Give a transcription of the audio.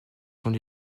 sont